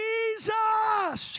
Jesus